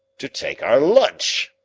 to take our lunch,